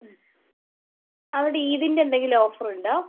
ഹ്മ് അവിടെ ഈദിൻ്റെ എന്തെങ്കിലും ഓഫർ ഉണ്ടോ